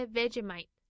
Vegemite